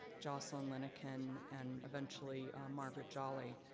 jocelyn linnekin and eventually margaret jolly.